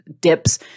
dips